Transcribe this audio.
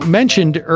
mentioned